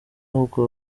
ahubwo